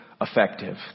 effective